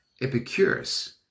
Epicurus